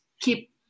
keep